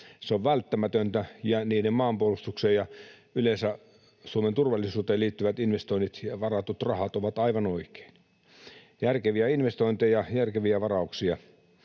Se on välttämätöntä, ja maanpuolustukseen ja yleensä Suomen turvallisuuteen liittyvät investoinnit ja varatut rahat ovat aivan oikein. Järkeviä investointeja, järkeviä varauksia